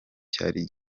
cyari